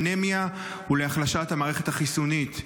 לאנמיה ולהחלשת המערכת החיסונית.